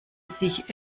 sich